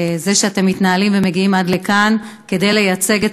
זה שאתם מתנהלים ומגיעים עד לכאן כדי לייצג את